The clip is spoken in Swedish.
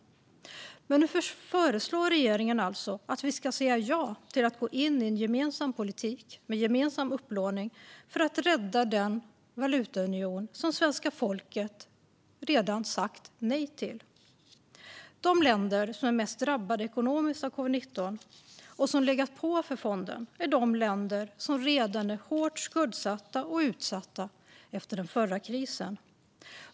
Men nu föreslår alltså regeringen att vi ska säga ja till att gå in i en gemensam politik med gemensam upplåning för att rädda den valutaunion som svenska folket redan har sagt nej till. De länder som är mest drabbade ekonomiskt av covid-19 och som har varit pådrivande när det gäller fonden är de länder som redan är hårt skuldsatta och utsatta efter den förra krisen.